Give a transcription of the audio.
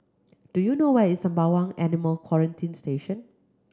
do you know where is Sembawang Animal Quarantine Station